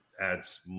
adds